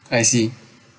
I see